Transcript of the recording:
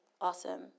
Awesome